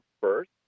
first